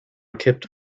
kept